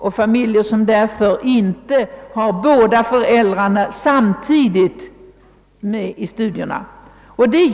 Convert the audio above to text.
Av denna anledning kan ofta båda föräldrarna inte genomföra sina studier lika snabbt.